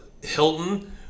hilton